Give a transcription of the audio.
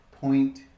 Point